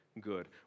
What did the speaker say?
good